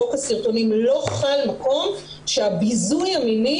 חוק הסרטונים לא חל מקום שהביזוי המיני